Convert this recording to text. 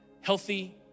healthy